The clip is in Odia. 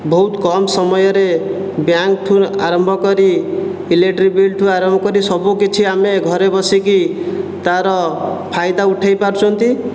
ବହୁତ କମ୍ ସମୟରେ ବ୍ୟାଙ୍କ୍ଠୁ ଆରମ୍ଭ କରି ଇଲେକ୍ଟ୍ରିକ୍ ବିଲ୍ଠୁ ଆରମ୍ଭ କରି ସବୁ କିଛି ଆମେ ଘରେ ବସିକି ତା'ର ଫାଇଦା ଉଠାଇପାରୁଛନ୍ତି